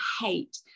hate